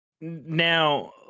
now